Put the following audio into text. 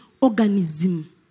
organism